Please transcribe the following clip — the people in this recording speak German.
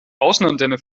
außenantenne